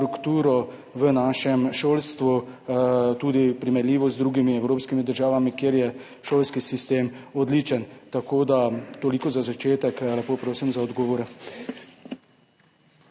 strukturo, tudi primerljivo z drugimi evropskimi državami, kjer je šolski sistem odličen? Toliko za začetek. Lepo prosim za odgovore.